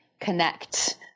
connect